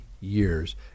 years